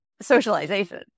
socialization